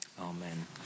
amen